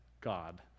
God